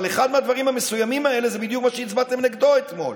אבל אחד מהדברים המסוימים האלה זה בדיוק מה שהצבעתם נגדו אתמול.